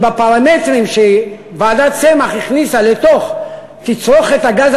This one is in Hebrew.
שבפרמטרים שוועדת צמח הכניסה לתוך תצרוכת הגז